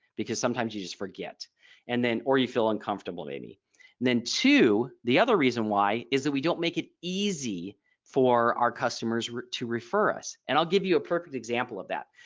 because sometimes you just forget and then or you feel uncomfortable maybe then two, the other reason why is that we don't make it easy for our customers to refer us and i'll give you a perfect example of that.